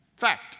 fact